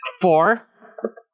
Four